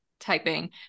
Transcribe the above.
typing